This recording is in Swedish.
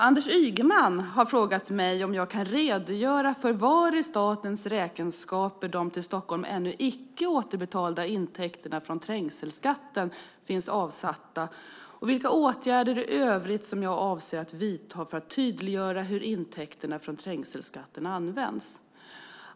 Anders Ygeman har frågat mig om jag kan redogöra för var i statens räkenskaper de till Stockholm ännu icke återbetalda intäkterna från trängselskatten finns avsatta och vilka åtgärder i övrigt som jag avser att vidta för att tydliggöra hur intäkterna från trängselskatten används.